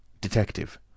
Detective